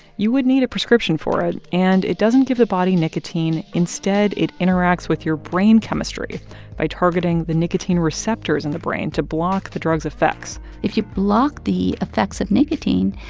you would need a prescription for it. and it doesn't give the body nicotine. instead, it interacts with your brain chemistry by targeting the nicotine receptors in the brain to block the drug's effects if you block the effects of nicotine,